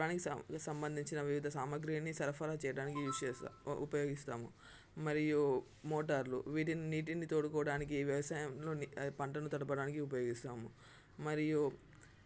పొలానికి స సంబంధించిన వివిద సామాగ్రిని సరఫరా చేయడానికి యూజ్ చేస్తాం ఉపయోగిస్తాము మరియు మోటార్లు వీటిని నీటిని తొడుకోడానికి వ్యవసాయంలో పంటను తడపడానికి ఉపయోగిస్తాము మరియు